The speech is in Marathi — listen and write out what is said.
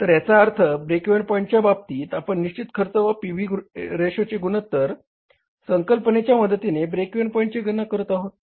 तर याचा अर्थ ब्रेक इव्हन पॉईंटच्या बाबतीत आपण निश्चित खर्च व पी व्ही रेशोच्या संकल्पनेच्या मदतीने ब्रेक इव्हन पॉईंटची गणना करत आहोत